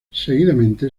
seguidamente